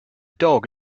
dog